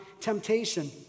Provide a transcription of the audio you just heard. temptation